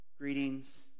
Greetings